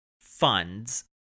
funds